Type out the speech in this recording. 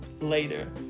later